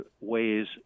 ways